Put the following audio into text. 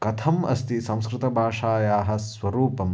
कथम् अस्ति संस्कृतभाषायाः स्वरूपम्